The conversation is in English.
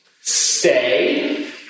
Stay